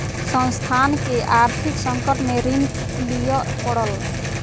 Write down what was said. संस्थान के आर्थिक संकट में ऋण लिअ पड़ल